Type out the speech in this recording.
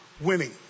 winning